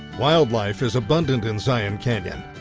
wildlife is abundant in zion canyon.